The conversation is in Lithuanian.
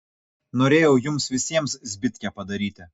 norėjau jums visiems zbitkę padaryti